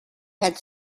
had